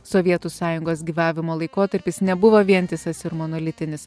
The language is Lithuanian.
sovietų sąjungos gyvavimo laikotarpis nebuvo vientisas ir monolitinis